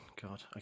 God